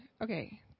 Okay